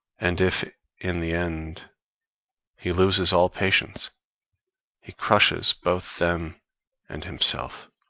and if in the end he loses all patience he crushes both them and himself.